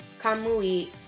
kamui